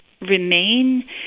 remain